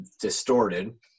distorted